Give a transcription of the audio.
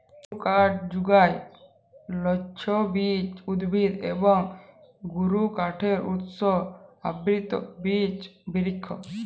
লঘুকাঠ যুগায় লগ্লবীজ উদ্ভিদ এবং গুরুকাঠের উৎস আবৃত বিচ বিরিক্ষ